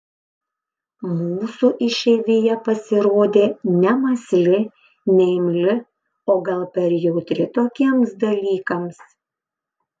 mūsų išeivija pasirodė nemąsli neimli o gal per jautri tokiems dalykams